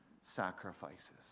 sacrifices